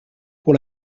pour